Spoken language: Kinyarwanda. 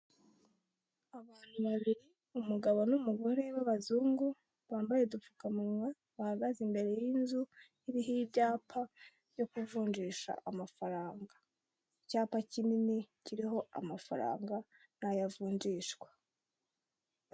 Abantu babiri umugabo n'umugore b'abazungu, bambaye udupfukamunwa bahagaze imbere y'inzu iriho ibyapa byo kuvunjisha amafaranga. Icyapa kinini kiriho amafaranga n'ayo avunjishwa.